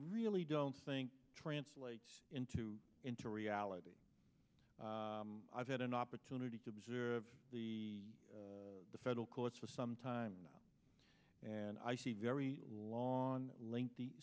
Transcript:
really don't think translates into into reality i've had an opportunity to observe the federal courts for some time and i see very long lengthy